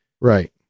Right